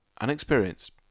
unexperienced